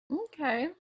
Okay